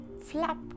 flap